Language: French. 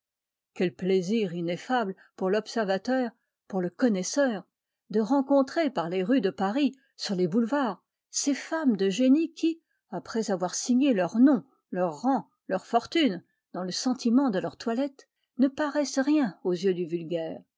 quel plaisir ineffable pour l'observateur pour le connaisseur de rencontrer par les rues de paris sur les boulevards ces femmes de génie qui après avoir signé leur nom leur rang leur fortune dans le sentiment de leur toilette ne paraissent rien aux yeux du vulgaire